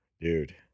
dude